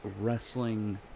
wrestling